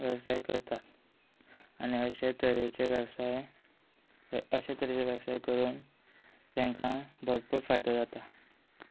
वेवसाय करतात आनी अशे तरेचे वेवसाय अशे तरेचे वेवसाय करून तांकां भरपूर फायदो जाता